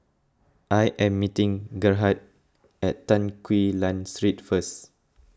I am meeting Gerhard at Tan Quee Lan Street first